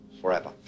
forever